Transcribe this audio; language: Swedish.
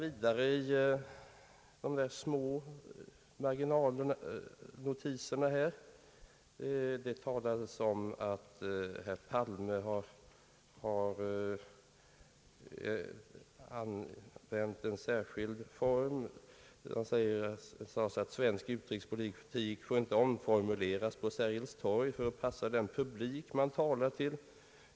I de små marginalnotiserna talades det vidare om att herr Palme har använt en särskild form och sagt alt svensk utrikespolitik får inte omformuleras på Sergels torg för att passa den publik man talar till.